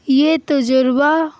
یہ تجربہ